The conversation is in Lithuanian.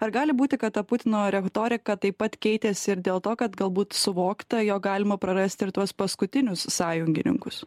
ar gali būti kad ta putino retorika taip pat keitėsi ir dėl to kad galbūt suvokta jog galima prarasti ir tuos paskutinius sąjungininkus